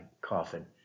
coffin